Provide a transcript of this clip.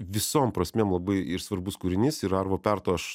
visom prasmėm labai ir svarbus kūrinys ir arvo perto aš